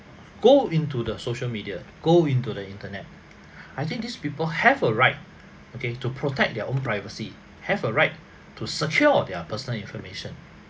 go into the social media go into the internet I think these people have a right okay to protect their own privacy have a right to secure their personal information